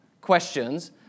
questions